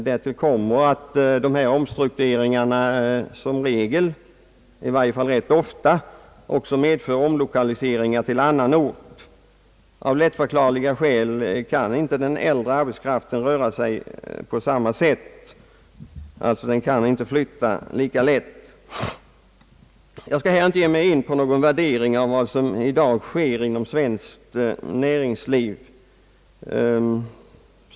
Därtill kommer att dessa omstruktureringar som regel — i varje fall rätt ofta — också medför omlokaliseringar till annan ort. Av lättförklarliga skäl kan inte den äldre arbetskraften röra sig på samma sätt. Den kan inte flytta lika lätt. Jag skall inte här ge mig in på någon värdering av vad som i dag sker inom svenskt näringsliv.